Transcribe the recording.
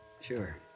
Sure